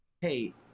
hey